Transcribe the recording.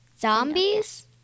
Zombies